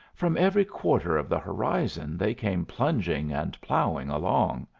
from every quarter of the horizon they came plunging and ploughing along.